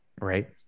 right